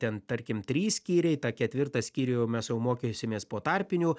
ten tarkim trys skyriai tą ketvirtą skyrių mes jau mokysimės po tarpinių